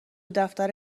دفتر